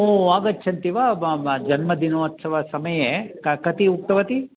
ओ आगच्छन्ति वा ब म जन्मदिनोत्सवसमये क कति उक्तवती